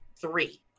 three